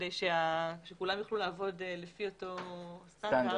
כדי שכולם יוכלו לעבוד לפי אותו סטנדרט,